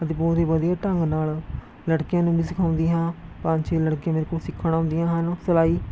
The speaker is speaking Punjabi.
ਅਤੇ ਬਹੁਤ ਹੀ ਵਧੀਆ ਢੰਗ ਨਾਲ ਲੜਕੀਆਂ ਨੂੰ ਵੀ ਸਿਖਾਉਂਦੀ ਹਾਂ ਪੰਜ ਛੇ ਲੜਕੀਆਂ ਮੇਰੇ ਕੋਲ ਸਿੱਖਣ ਆਉਂਦੀਆਂ ਹਨ ਸਲਾਈ